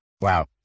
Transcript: Wow